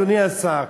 אדוני השר,